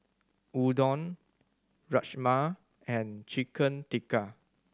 Udon Rajma and Chicken Tikka